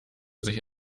sich